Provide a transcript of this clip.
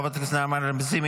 חברת הכנסת נעמה לזימי,